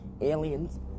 aliens